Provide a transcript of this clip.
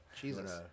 Jesus